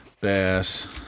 bass